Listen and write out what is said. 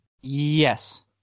Yes